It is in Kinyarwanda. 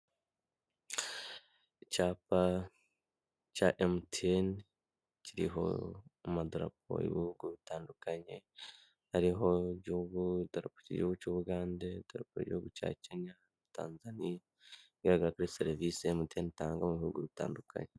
Icyapa cya Emutiyene kiriho madarapo y'ibihugu bitandukanye; hariho idarapo ry'igihugu cy'Ubugande, idarapo ry' igihugu cya Kenya, Tanzaniya bigaragara ko ari serivisi Emutiyene itanga mu bihugu bitandukanye.